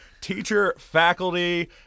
teacher-faculty